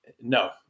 No